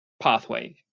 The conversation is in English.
pathway